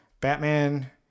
Batman